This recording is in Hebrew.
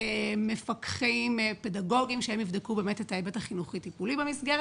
מפקחים פדגוגיים שיבדקו את ההיבט החינוכי-טיפולי במסגרת,